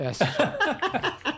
Yes